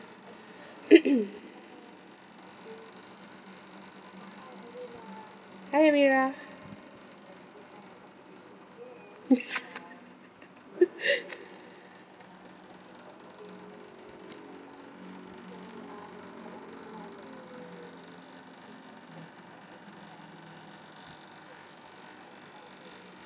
hi amira